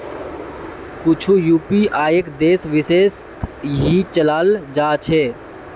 कुछु यूपीआईक देश विशेषत ही चलाल जा छे